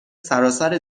سراسر